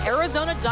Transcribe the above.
Arizona